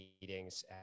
meetings